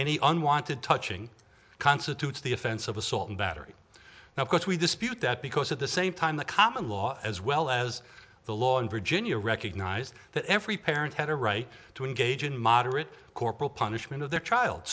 any unwanted touching constitutes the offense of assault and battery now of course we dispute that because at the same time the common law as well as the law in virginia recognized that every parent had a right to engage in moderate corporal punishment of their child